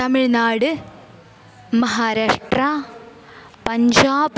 Tamil Nadu महाराष्ट्राम्पञ्जाब्